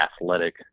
athletic